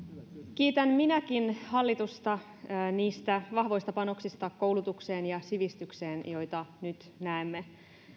kiitän minäkin hallitusta niistä vahvoista panoksista koulutukseen ja sivistykseen joita nyt näemme